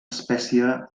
espècie